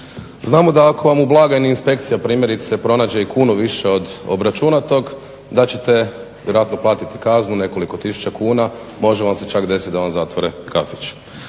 Znamo da ako vam u blagajni inspekcija primjerice pronađe i kunu više od obračunatog da ćete vjerojatno platiti kaznu nekoliko tisuća kuna, može vam se čak desiti da vam zatvore kafić.